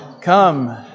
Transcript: Come